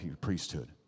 priesthood